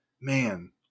man